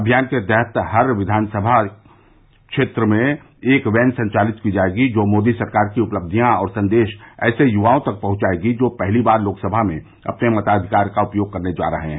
अभियान के तहत हर विधानसभा में एक यैन संचालित की जायेगी जो मोदी सरकार की उपलबियां और संदेश ऐसे युवाओं तक पहुंचायेगी जो पहली बार लोकसभा में अपने मताधिकार का उपयोग करने जा रहे हैं